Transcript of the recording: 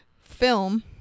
film